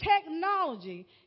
technology